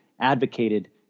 advocated